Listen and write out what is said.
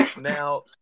Now